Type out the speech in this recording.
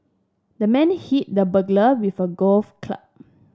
the man hit the burglar with a golf club